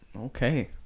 Okay